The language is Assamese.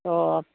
অঁ